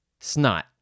Snot